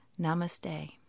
Namaste